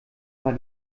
war